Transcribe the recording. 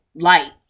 light